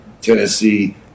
Tennessee